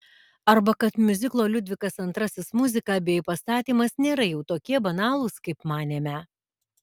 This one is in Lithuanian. arba kad miuziklo liudvikas ii muzika bei pastatymas nėra jau tokie banalūs kaip manėme